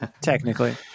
Technically